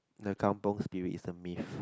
the Kampung spirit is a myth